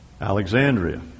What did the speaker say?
Alexandria